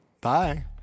Bye